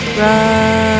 run